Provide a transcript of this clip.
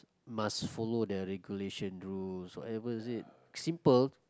must follow the regulation rules whatever is it simple